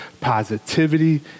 positivity